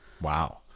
Wow